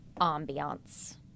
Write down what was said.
ambiance